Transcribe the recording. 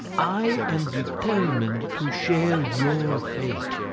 i am determined to share your fate,